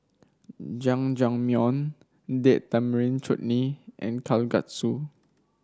Jajangmyeon Date Tamarind Chutney and Kalguksu